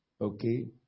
okay